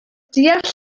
deall